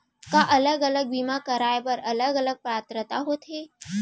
का अलग अलग बीमा कराय बर अलग अलग पात्रता होथे?